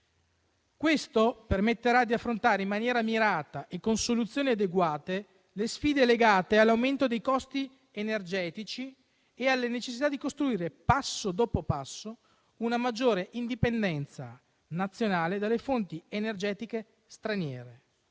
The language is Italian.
Questo permetterà di affrontare, in maniera mirata e con soluzioni adeguate, le sfide legate all'aumento dei costi energetici e alla necessità di costruire passo dopo passo una maggiore indipendenza nazionale dalle fonti energetiche straniere,